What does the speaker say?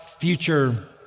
future